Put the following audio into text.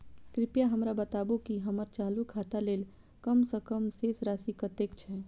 कृपया हमरा बताबू की हम्मर चालू खाता लेल कम सँ कम शेष राशि कतेक छै?